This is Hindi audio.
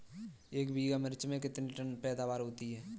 एक बीघा मिर्च में कितने टन पैदावार होती है?